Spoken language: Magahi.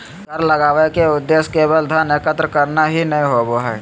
कर लगावय के उद्देश्य केवल धन एकत्र करना ही नय होबो हइ